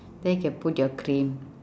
then can put your cream